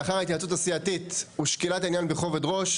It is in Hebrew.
לאחר ההתייעצות הסיעתית ושקילת העניין בכובד ראש,